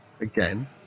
Again